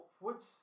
upwards